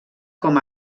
com